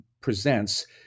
presents